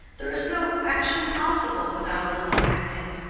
there is no action possible without a little acting.